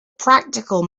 practical